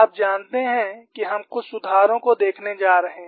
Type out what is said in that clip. आप जानते हैं कि हम कुछ सुधारों को देखने जा रहे हैं